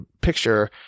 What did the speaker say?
picture